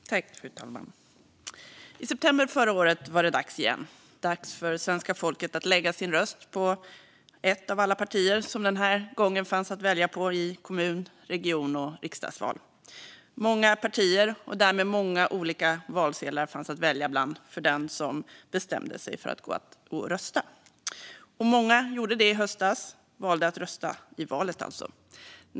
Fru talman! I september förra året var det återigen dags för svenska folket att lägga sin röst på ett av alla partier som denna gång fanns att välja på i kommunval, regionval och riksdagsval. Många partier, och därmed många olika valsedlar, fanns att välja bland för den som bestämde sig för att gå och rösta. Det var många som valde att rösta i valet i höstas.